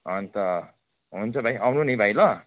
अन्त हुन्छ भाइ आउनु नि भाइ ल